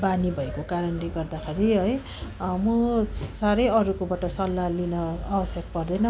बानी भएको कारणले गर्दाखेरि है म साह्रै अरूकोबाट सल्लाह लिन आवश्यक पर्दैन